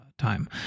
time